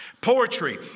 Poetry